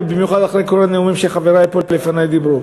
ובמיוחד אחרי כל הנאומים שחברי פה לפני דיברו.